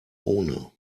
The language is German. ohne